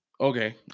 Okay